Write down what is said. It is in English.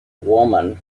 woman